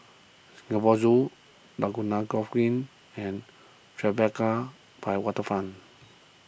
Singapore Zoo Laguna Golf Green and Tribeca by Waterfront